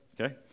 Okay